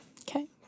Okay